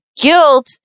guilt